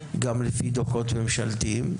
גם לפי דו"חות ממשלתיים.